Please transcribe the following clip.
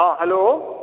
हँ हेलो